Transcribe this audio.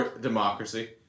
democracy